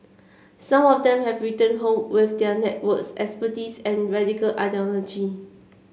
some of them have returned home with their networks expertise and radical ideology